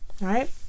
right